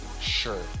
Sure